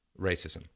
racism